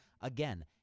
Again